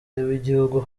w’igihugu